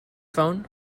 phone